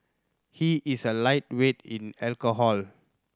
he is a lightweight in alcohol